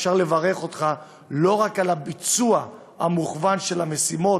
שאפשר לברך אותך לא רק על הביצוע המכוון של המשימות,